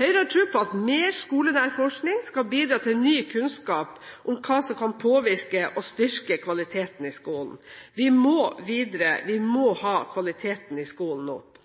Høyre har tro på at mer skolenær forskning skal bidra til ny kunnskap om hva som kan påvirke og styrke kvaliteten i skolen. Vi må videre, vi må ha kvaliteten i skolen opp.